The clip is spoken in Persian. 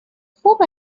خوب